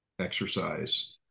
exercise